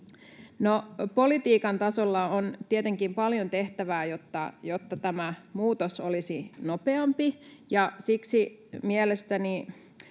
Politiikan tasolla on tietenkin paljon tehtävää, jotta tämä muutos olisi nopeampi, ja mielestäni